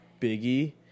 Biggie